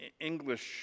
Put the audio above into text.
English